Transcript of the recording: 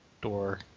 Door